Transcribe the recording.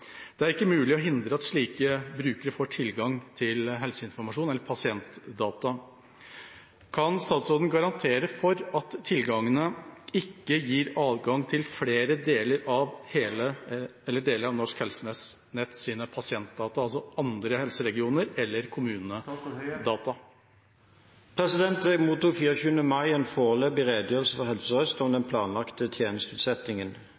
Det er ikke mulig å hindre at slike brukere får tilgang på helseinformasjon. Kan statsråden garantere for at tilgangene ikke gir adgang til flere deler av eller hele Norsk Helsenetts pasientdata?» Jeg mottok 24. mai en foreløpig redegjørelse fra Helse Sør-Øst om